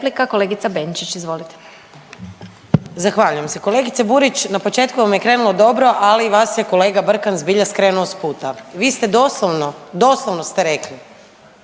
Zahvaljujem se.